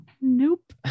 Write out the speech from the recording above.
Nope